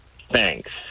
thanks